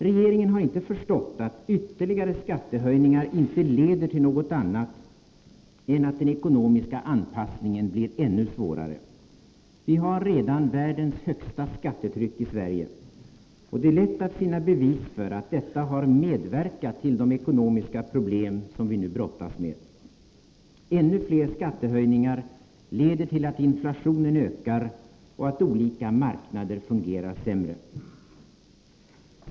Regeringen har inte förstått att ytterligare skattehöjningar inte leder till något annat än att den ekonomiska anpassningen blir ännu svårare. Vi har redan världens högsta skattetryck i Sverige, och det är lätt att finna bevis för att detta har medverkat till de ekonomiska problem som vi nu brottas med. Ännu fler skattehöjningar leder till att inflationen ökar och att olika marknader fungerar sämre.